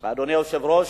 אדוני היושב-ראש,